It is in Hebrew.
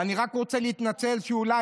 ואני רק רוצה להתנצל שאולי,